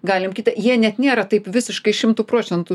galim kitą jie net nėra taip visiškai šimtu procentų